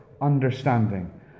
understanding